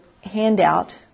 handout